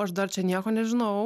aš dar čia nieko nežinau